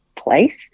place